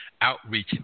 outreach